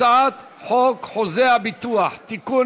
הצעת חוק חוזה הביטוח (תיקון,